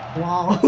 while,